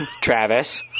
Travis